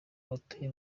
abatuye